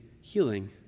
healing